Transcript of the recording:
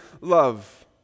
love